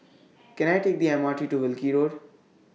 Can I Take The M R T to Wilkie Road